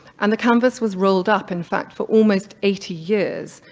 and the canvas was rolled up, in fact, for almost eighty years,